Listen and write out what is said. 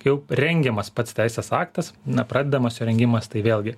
jau rengiamas pats teisės aktas na pradedamas jo rengimas tai vėlgi